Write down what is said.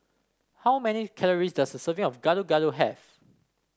how many calories does a serving of Gado Gado have